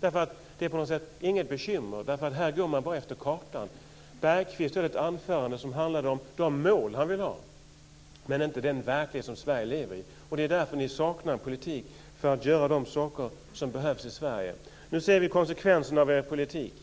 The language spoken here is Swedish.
Det är på något sätt inte något bekymmer, därför att här går man bara efter kartan. Bergqvist höll ett anförande som handlade om de mål han vill ha, men inte om den verklighet som Sverige lever i. Det är därför ni saknar en politik för att göra de saker som behövs i Nu ser vi konsekvenserna av er politik,